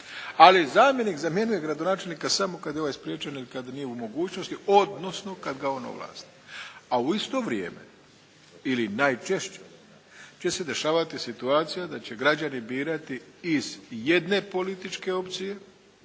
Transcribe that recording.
ali zamjenik gradonačelnika samo kad je ovaj spriječen ili kad nije u mogućnosti, odnosno kad ga on ovlasti. A u isto vrijeme, ili najčešće će se dešavati situacija da će građani birati iz jedne političke opcije